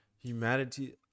humanity